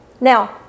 Now